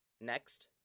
next